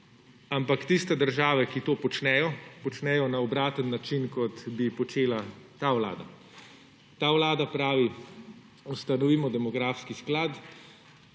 Toda tiste države, ki to počnejo, počnejo na obraten način, kot bi počela ta Vlada. Ta Vlada pravi, ustanovimo demografski sklad,